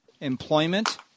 employment